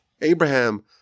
Abraham